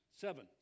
Seven